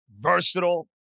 versatile